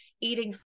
eating